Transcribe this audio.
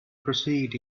proceed